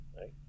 right